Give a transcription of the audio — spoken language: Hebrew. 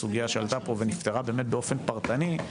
הסוגייה שעלתה פה ונפתרה באמת באופן פרטני.